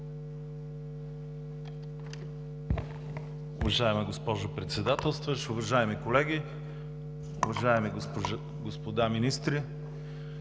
Уважаема госпожо Председател, уважаеми колеги, уважаеми господа министри!